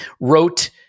wrote